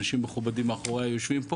ואנשים מכובדים מאחוריי יושבים פה